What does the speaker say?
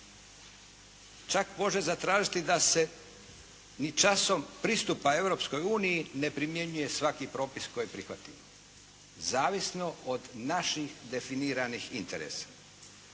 Čak može zatražiti da se ni časom pristupa Europskoj uniji ne primjenjuje svaki propis koji prihvatimo, zavisno od naših definiranih interesa.